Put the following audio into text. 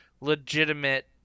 legitimate